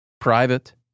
Private